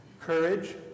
courage